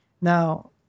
Now